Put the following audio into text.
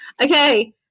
Okay